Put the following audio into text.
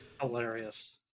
hilarious